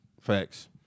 Facts